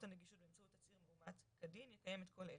הנגישות באמצעות תצהיר מאומת כדין יקיים את כל אלה: